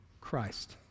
Christ